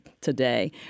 today